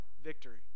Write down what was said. victory